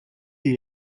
dir